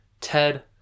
Ted